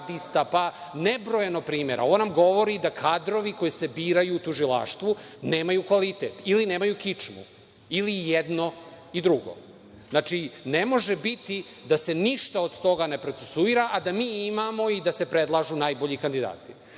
puno primera. Ovo nam govori da kadrovi koji se biraju u tužilaštvu nemaju kvalitet, nemaju kičmu ili jedno i drugo. Ne može biti da se ništa od toga ne procesuira, a da mi imamo i da se predlažu najbolji kandidati. Kad